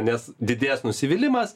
nes didės nusivylimas